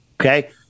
okay